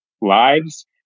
lives